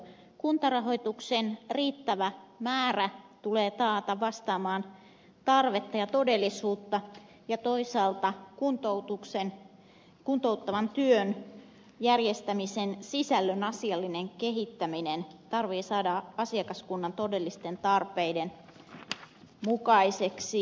kuntarahoituksen riittävä määrä tulee taata vastaamaan tarvetta ja todellisuutta ja toisaalta kuntouttavan työn järjestämisen sisällön asiallinen kehittäminen tarvitsee saada asiakaskunnan todellisten tarpeiden mukaiseksi